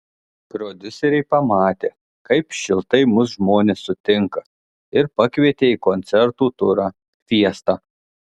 prodiuseriai pamatė kaip šiltai mus žmonės sutinka ir pakvietė į koncertų turą fiesta